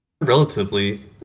relatively